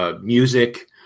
Music